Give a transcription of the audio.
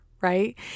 right